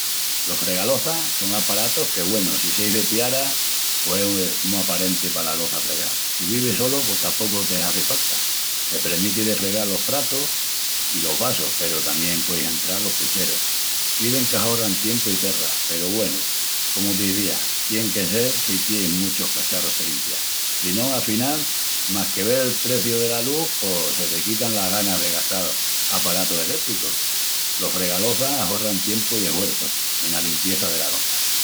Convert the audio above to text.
Los fregaloças son aparatus que, güenu, si seis de piara, pos es mu aparenti pala loça fregal. Si vivis solu pos tapocu te hazi falta. Te premiti de fregal los pratus i los vasus peru tamién pueis entral los pucherus. Izin qu'ahorran tiempu i perras peru, güenu, comu t'izía, tien que sel si tienis muchus cacharrus que limpial. Si no, afinal, más que vel el preciu dela lus, pos se te quitan las ganas de gastal aparatus elétricus. Los fregaloças ahorran tiempu i eshuerçu ena limpieza dela loça